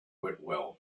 whitwell